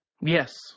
Yes